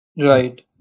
right